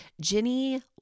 Jenny